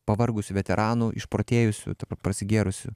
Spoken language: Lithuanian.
pavargusių veteranų išprotėjusių prasigėrusių